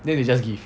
then they just give